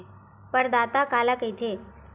प्रदाता काला कइथे?